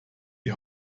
die